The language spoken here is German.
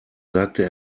sagte